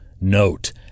note